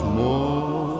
more